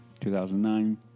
2009